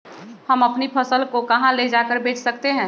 हम अपनी फसल को कहां ले जाकर बेच सकते हैं?